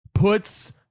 Puts